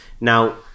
Now